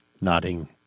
nodding